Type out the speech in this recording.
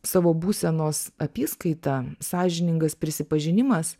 savo būsenos apyskaita sąžiningas prisipažinimas